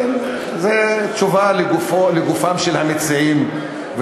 זה תשובה לגופם של המציעים,